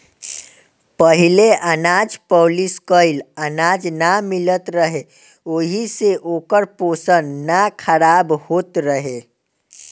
पहिले अनाज पॉलिश कइल अनाज ना मिलत रहे ओहि से ओकर पोषण ना खराब होत रहे